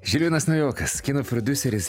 žilvinas naujokas kino prodiuseris